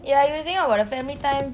ya you were saying about the family time